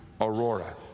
Aurora